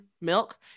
milk